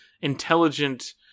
intelligent